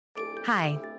Hi